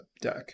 deck